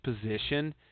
position